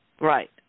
Right